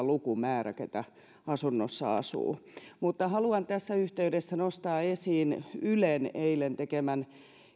lukumäärä joka asunnossa asuu haluan tässä yhteydessä nostaa esiin ylen eilen tekemän